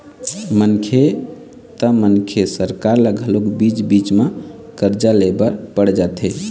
मनखे त मनखे सरकार ल घलोक बीच बीच म करजा ले बर पड़ जाथे